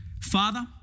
Father